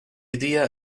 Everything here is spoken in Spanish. día